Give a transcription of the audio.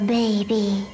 baby